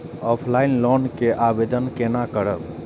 Offline loan के आवेदन केना करब?